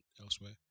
elsewhere